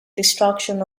destruction